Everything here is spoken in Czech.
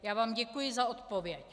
Já vám děkuji za odpověď.